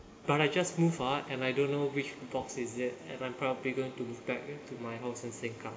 but I just moved ah and I don't know which boxes yet and I'm probably going to move back eh to my house in sengkang